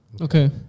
Okay